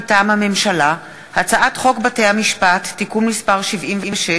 מטעם הממשלה: הצעת חוק בתי-המשפט (תיקון מס' 76),